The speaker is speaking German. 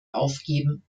aufgeben